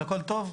אז הכול טוב?